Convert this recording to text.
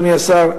אדוני השר,